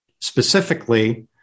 Specifically